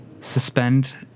suspend